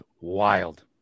wild